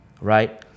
Right